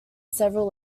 several